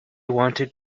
wanted